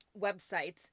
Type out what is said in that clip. websites